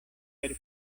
per